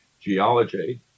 geology